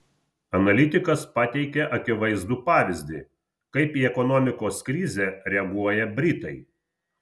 analitikas pateikia akivaizdų pavyzdį kaip į ekonomikos krizę reaguoja britai